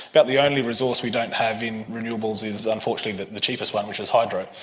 about the only resource we don't have in renewables is unfortunately the cheapest one, which is hydro.